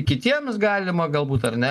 kitiems galima galbūt ar ne